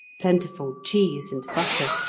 plentiful cheese and butter,